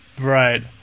Right